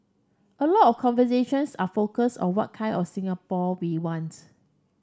a lot of conversations are focused on what kind of Singapore we wants